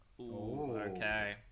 Okay